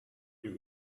you